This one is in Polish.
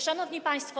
Szanowni Państwo!